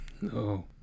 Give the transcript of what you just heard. No